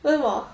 问我